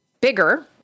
bigger